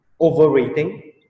overrating